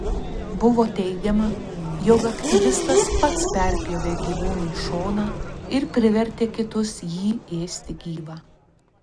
buvo teigiama jog aktyvistas pats perpjovė gyvūnui šoną ir privertė kitus jį ėsti gyvą